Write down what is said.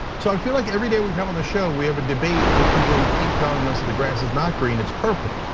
so i feel like everyday we come on the show, we have a debate with people who keep telling us the grass is not green, it's purple.